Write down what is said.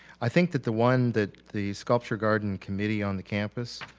i think that the one that the sculpture garden committee on the campus